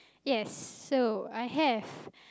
yes so I have